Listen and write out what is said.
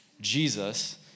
Jesus